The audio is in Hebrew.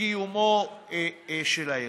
קיומו של הארגון.